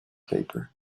paper